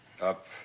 up